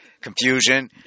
confusion